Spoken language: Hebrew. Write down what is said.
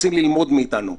שרוצים ללמוד מאתנו.